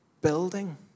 building